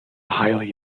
highly